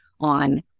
on